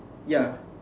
ya